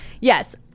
yes